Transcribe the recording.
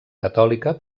catòlica